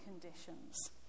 conditions